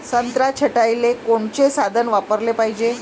संत्रा छटाईले कोनचे साधन वापराले पाहिजे?